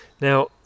Now